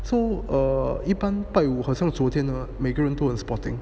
so err 一般拜五好像昨天每个人都很 sporting